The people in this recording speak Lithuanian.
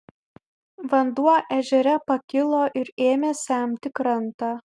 vanduo ežere pakilo ir ėmė semti krantą